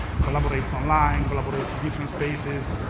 collaborates online, collaborates in different spaces.